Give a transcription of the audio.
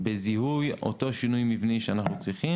בזיהוי אותו שינוי מבני שאנחנו צריכים